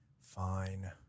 fine